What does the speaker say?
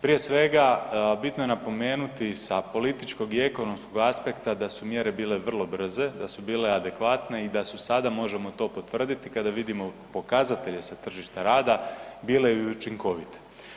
Prije svega bitno je napomenuti sa političkog i ekonomskog aspekta da su mjere bile vrlo brze, da su bile adekvatne i da su, sada možemo to potvrditi, kada vidimo pokazatelje sa tržišta rada bile i učinkovite.